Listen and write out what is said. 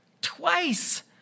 Twice